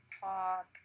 pop